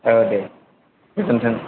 ओ दे गोजोनथों